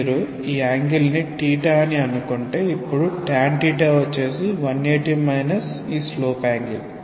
మీరు ఈ యాంగిల్ ని అని పేర్కొంటే అప్పుడు tan వచ్చేసి 1800 మైనస్ ఈ స్లోప్ యాంగిల్